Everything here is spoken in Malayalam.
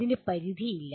അതിന് പരിധിയില്ല